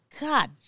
God